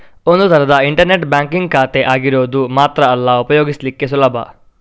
ಒಂದು ತರದ internet banking ಖಾತೆ ಆಗಿರೋದು ಮಾತ್ರ ಅಲ್ಲ ಉಪಯೋಗಿಸ್ಲಿಕ್ಕೆ ಸುಲಭ